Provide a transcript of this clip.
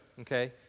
okay